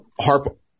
harp